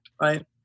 right